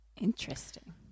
Interesting